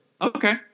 Okay